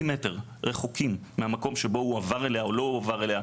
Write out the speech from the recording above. מטר מהמקום שבו הועבר אליה או לא הועבר אליה,